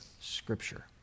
Scripture